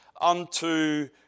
unto